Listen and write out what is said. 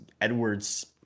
Edwards